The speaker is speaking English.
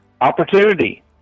Opportunity